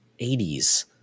80s